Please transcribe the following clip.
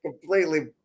completely